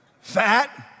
fat